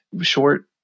short